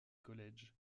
college